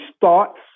thoughts